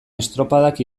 estropadak